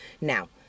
Now